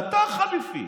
זה אתה, החליפי.